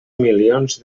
milions